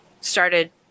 started